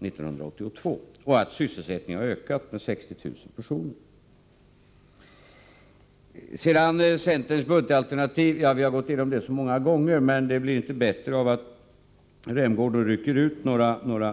1982 och att sysselsättningen ökat med 60 000 arbetstillfällen. Sedan beträffande centerns budgetalternativ. Vi har redan gått igenom det många gånger. Saken kommer inte i ett bättre läge genom att Rolf Rämgård plockar ut några siffror.